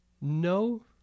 no